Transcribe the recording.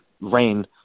rain